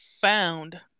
found